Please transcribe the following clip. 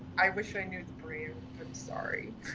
i wish i knew the brand, i'm sorry,